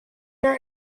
their